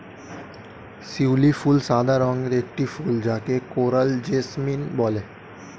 শিউলি ফুল সাদা রঙের একটি ফুল যাকে কোরাল জেসমিন বলে